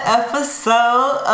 episode